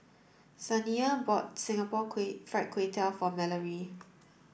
Saniya bought Singapore Kway Fried Kway Tiao for Mallory